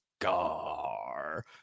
SCAR